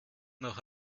noch